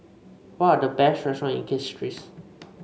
what are the best restaurant in Castries